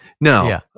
No